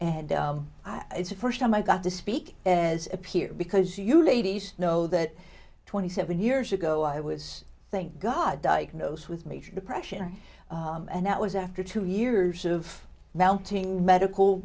and i it's the first time i got to speak as a peer because you ladies know that twenty seven years ago i was thank god diagnosed with major depression and that was after two years of belting medical